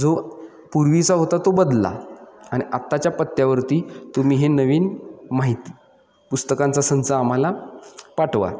जो पूर्वीचा होता तो बदला आणि आत्ताच्या पत्त्यावरती तुम्ही हे नवीन माहिती पुस्तकांचा संच आम्हाला पाठवा